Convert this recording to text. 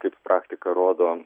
kaip praktika rodo